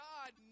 God